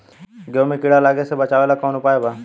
गेहूँ मे कीड़ा लागे से बचावेला कौन उपाय बा?